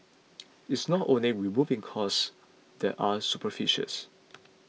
it's not only removing costs that are superfluous